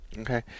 Okay